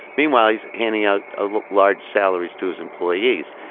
meanwhile he's handing out ah large salaries to his employees.